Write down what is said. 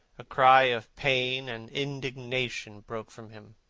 a cry of pain and indignation broke from him.